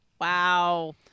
Wow